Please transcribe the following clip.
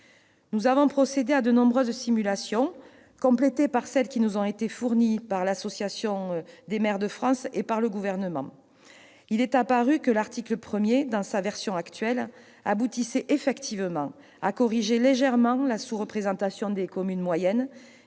Nous avons procédé à de nombreuses simulations, complétées par celles qui nous ont été fournies par l'Association des maires de France et par le Gouvernement. Il est apparu que l'article 1, dans sa version initiale, aboutissait effectivement à corriger légèrement la sous-représentation des communes moyennes,